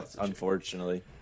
unfortunately